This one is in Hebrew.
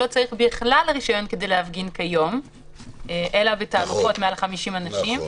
לא צריך בכלל רישיון כדי להפגין כיום אלא בתהלוכות מעל 50 אנשים,